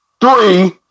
three